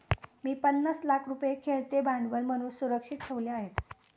मी पन्नास लाख रुपये खेळते भांडवल म्हणून सुरक्षित ठेवले आहेत